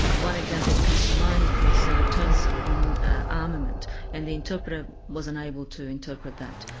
one example that comes to mind was terms on armament and the interpreter wasn't able to interpret that.